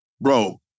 Bro